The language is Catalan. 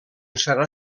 serà